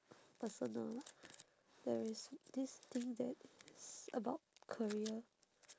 personal there is this thing that is about career